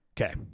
Okay